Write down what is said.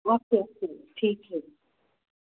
okay okay ਠੀਕ ਹੈ